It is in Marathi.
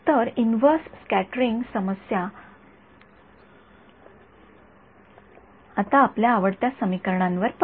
तर इन्व्हर्स स्कॅटरिंग समस्या आता आपल्या आवडत्या समीकरणांवर परत